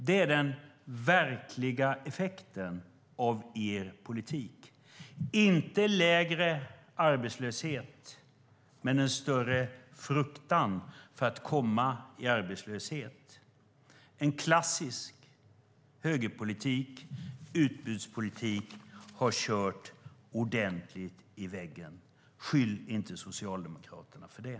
Det är den verkliga effekten av er politik: inte lägre arbetslöshet utan en större fruktan för att komma i arbetslöshet. En klassisk högerpolitik, utbudspolitik, har kört ordentligt i väggen. Skyll inte Socialdemokraterna för det!